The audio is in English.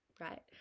right